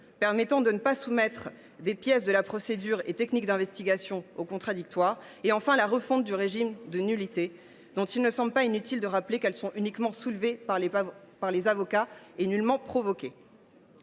permettant de ne pas soumettre des pièces de la procédure et des techniques d’investigation au contradictoire et enfin la refonte du régime des nullités, dont il ne semble pas inutile de rappeler qu’elles sont uniquement soulevées par les avocats et non provoquées.